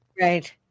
Right